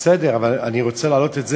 בסדר, אבל אני רוצה להעלות את זה.